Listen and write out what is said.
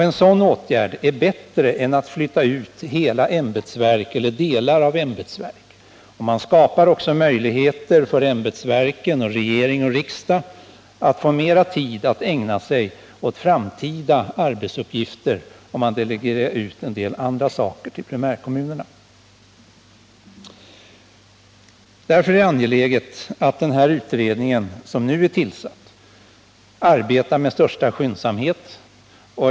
En sådan åtgärd är bättre än att flytta ut hela ämbetsverk eller delar av ämbetsverk. Man skapar också möjligheter för ämbetsverken och regering och riksdag att få mera tid att ägna sig åt framtida arbetsuppgifter om man delegerar ut en del andra saker till primärkommunerna. Därför är det angeläget att den utredning som nu är tillsatt arbetar med största skyndsamhet.